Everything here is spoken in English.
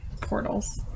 portals